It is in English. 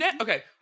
okay